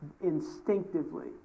instinctively